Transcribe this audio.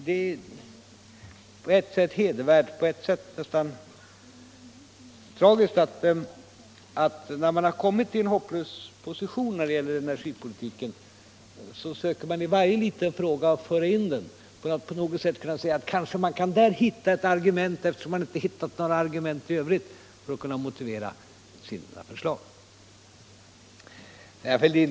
Det är på ett sätt hedervärt, på ett sätt nästan tragiskt att man, när man kommit i en hopplös position vad gäller energipolitiken, i varje liten fråga söker föra in den aspekten för att kanske där hitta ett argument —- i Övrigt har man ju inte hittat några sådana — för att kunna motivera sina förslag. Herr Fälldin!